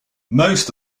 most